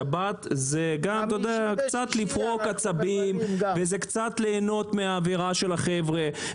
בשבת זה גם קצת לפרוק עצבים וקצת ליהנות מהאווירה של החבר'ה.